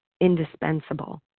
indispensable